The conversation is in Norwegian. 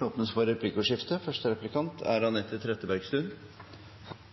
Det blir replikkordskifte. Representanten brukte ingen av sine minutters taletid på likestilling. Det er